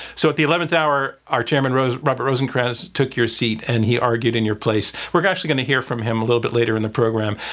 so at the eleventh hour, our chairman robert robert rosenkranz took your seat and he argued in your place. we're actually going to hear from him a little later in the program.